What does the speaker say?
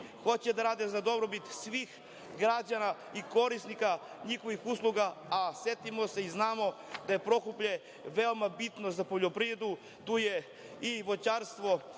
hoće da rade za dobrobit svih građana i korisnika njihovih usluga, a setimo se i znamo da je Prokuplje veoma bitno za poljoprivredu. Tu je i voćarstvo